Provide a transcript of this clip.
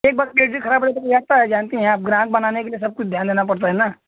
एक बार पेट भी खराब रहे तो लगता है जानती हैं आप ग्राहक बनाने के लिये सब कुछ ध्यान देना पड़ता है न